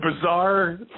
bizarre